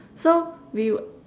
so we wer~